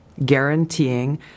guaranteeing